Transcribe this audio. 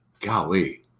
Golly